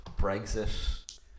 Brexit